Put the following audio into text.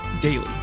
daily